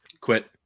Quit